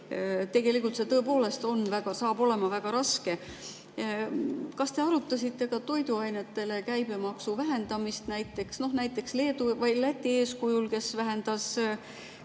Tegelikult see tõepoolest on väga raske. Kas te arutasite ka toiduainete käibemaksu vähendamist näiteks Leedu ja Läti eeskujul, kes vähendasid